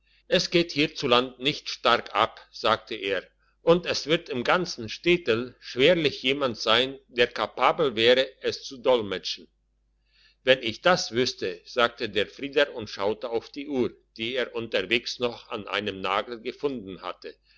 es geht hiezuland nicht stark ab sagte er und es wird im ganzen städtel schwerlich jemand sein der kapabel wäre es zu dolmetschen wenn ich das wüsste sagte der frieder und schaute auf die uhr die er unterwegs noch an einem nagel gefunden hatte